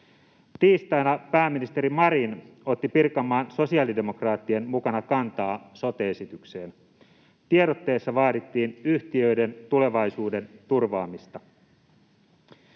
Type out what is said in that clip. Tiistaina pääministeri Marin otti Pirkanmaan sosialidemokraattien mukana kantaa sote-esitykseen. Tiedotteessa vaadittiin yhtiöiden tulevaisuuden turvaamista.